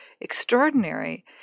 extraordinary